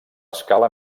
escala